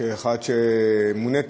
כאחד שמונה,